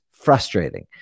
frustrating